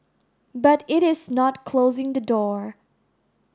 but it is not closing the door